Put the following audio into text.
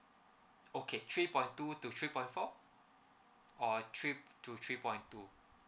okay three point two to three point four or three to three point two